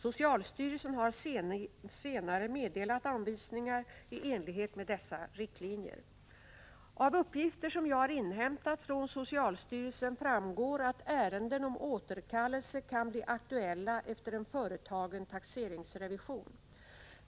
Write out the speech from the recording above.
Socialstyrelsen har senare meddelat anvisningar i enlighet med dessa riktlinjer. Av uppgifter som jag har inhämtat från socialstyrelsen framgår att ärenden om återkallelse kan bli aktuella efter en företagen taxeringsrevision.